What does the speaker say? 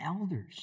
elders